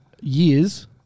years